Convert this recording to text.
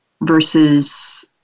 versus